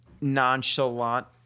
nonchalant